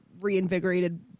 reinvigorated